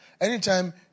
Anytime